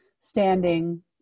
Standing